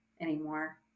anymore